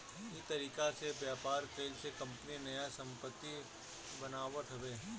इ तरीका से व्यापार कईला से कंपनी नया संपत्ति बनावत हवे